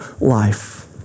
life